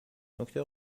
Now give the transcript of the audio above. نکته